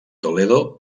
toledo